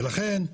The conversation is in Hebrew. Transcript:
לכן,